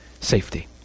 safety